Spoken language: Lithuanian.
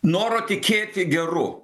noro tikėti geru